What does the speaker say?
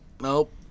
Nope